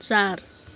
चार